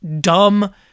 dumb